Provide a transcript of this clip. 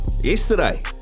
Yesterday